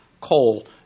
coal